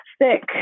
thick